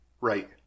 Right